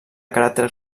caràcter